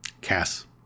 Cass